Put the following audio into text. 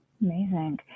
Amazing